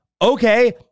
Okay